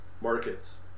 markets